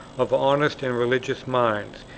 of honest and religious minds,